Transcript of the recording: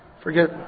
Forget